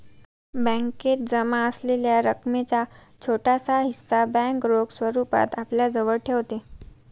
बॅकेत जमा असलेल्या रकमेचा छोटासा हिस्सा बँक रोख स्वरूपात आपल्याजवळ ठेवते